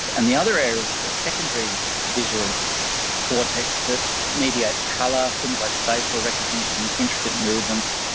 and the other area is the secondary visual cortex that mediates colour, things like facial recognition, intricate movements.